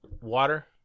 water